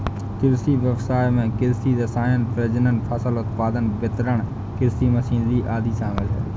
कृषि व्ययसाय में कृषि रसायन, प्रजनन, फसल उत्पादन, वितरण, कृषि मशीनरी आदि शामिल है